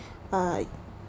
uh